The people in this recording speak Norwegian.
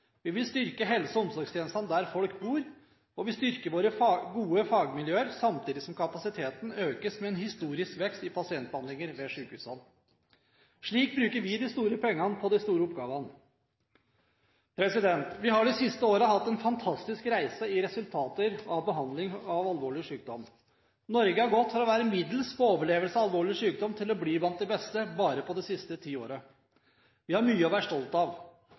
Vi vil styrke helse- og omsorgstjenestene der folk bor, og vi styrker våre gode fagmiljøer samtidig som kapasiteten økes med en historisk vekst i pasientbehandlinger ved sykehusene. Slik bruker vi de store pengene på de store oppgavene. Vi har de siste årene hatt en fantastisk reise i resultater ved behandling av alvorlig sykdom. Norge har gått fra å være middels på overlevelse av alvorlig sykdom til å bli blant de beste – bare på de siste ti årene. Vi har mye å være stolt av.